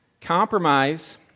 Compromise